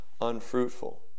unfruitful